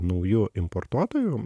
nauju importuotoju